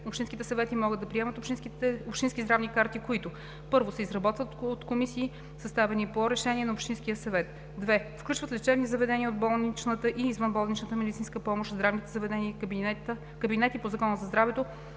Общинските съвети могат да приемат общински здравни карти, които: 1. се изработват от комисии, съставени по решение на Общинския съвет; 2. включват лечебни заведения от болничната и извънболничната медицинска помощ, здравните заведения и кабинети по Закона за здравето,